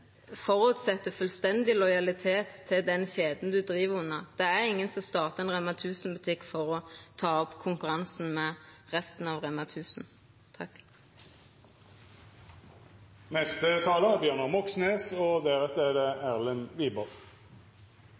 fullstendig lojalitet til den kjeda ein driv under. Det er ingen som startar ein REMA 1000-butikk for å ta opp konkurransen med resten av REMA 1000. Jeg registrerer krokodilletårene fra både Fremskrittspartiet og Høyre for disse lokale kjøpmennene som liksom er